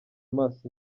amaso